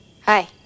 Hi